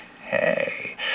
hey